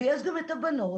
יש גם את הבנות,